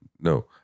No